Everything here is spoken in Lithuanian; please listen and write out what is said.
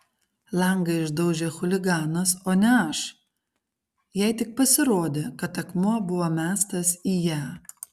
langą išdaužė chuliganas o ne aš jai tik pasirodė kad akmuo buvo mestas į ją